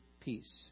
peace